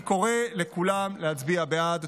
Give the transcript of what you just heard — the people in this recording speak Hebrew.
אני קורא לכולם להצביע בעד.